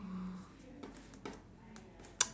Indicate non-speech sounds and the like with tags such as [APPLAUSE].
[NOISE]